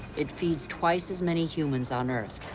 it feeds twice as many humans on earth,